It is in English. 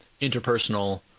interpersonal